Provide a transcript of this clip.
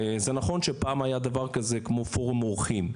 זה נכון שפעם היה דבר כזה כמו פורום עורכים.